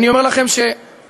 אני אומר לכם שוב,